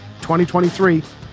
2023